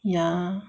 yeah